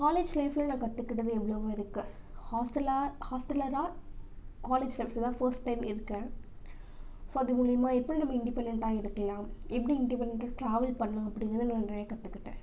college லைஃப்பில் நான் கற்றுக்கிட்டது எவ்வளவோ இருக்குது ஹாஸ்டலாக ஹாஸ்டல்லராக காலேஜ் லைஃப்பில் தான் ஃபர்ஸ்ட் டைம் இருக்கேன் ஸோ அது முலிமா இப்போ நம்ம இண்டிபெண்டன்டாக இருக்கலாம் எப்படி இண்டிபெண்டன்டாக டிராவல் பண்ணணும் அப்படிங்கறத நிறைய கற்றுக்கிட்டேன்